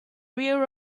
rear